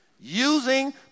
using